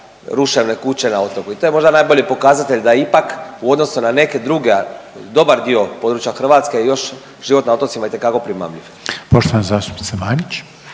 ruševne kuće na otoku i to je možda najbolji pokazatelj da ipak u odnosu na neka druga, dobar dio područja Hrvatske još život na otocima itekako primamljiv. **Reiner,